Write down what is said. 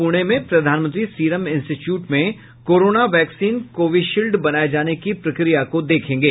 पूणे में प्रधानमंत्री Serum Institute में कोरोना वैक्सीन कोविशील्ड बनाये जाने की प्रक्रिया को देखेंगे